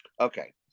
okay